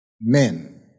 men